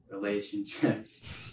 relationships